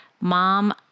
mom